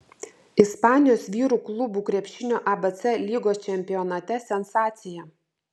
ispanijos vyrų klubų krepšinio abc lygos čempionate sensacija